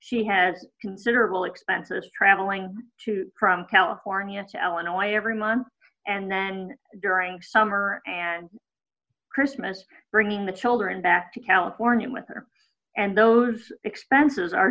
she has considerable expenses traveling to prom california illinois every month and then during summer and christmas bringing the children back to california with her and those expenses are